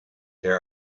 there